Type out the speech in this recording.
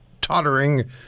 tottering